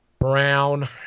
Brown